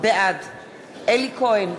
בעד אלי כהן,